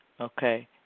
Okay